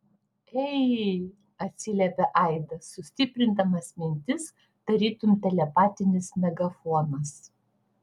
ei atsiliepė aidas sustiprindamas mintis tarytum telepatinis megafonas